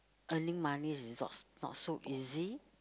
earning money is no~ not so easy